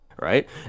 right